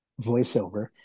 voiceover